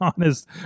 honest